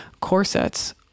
corsets